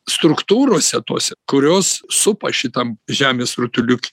struktūrose tose kurios supa šitam žemės rutuliuk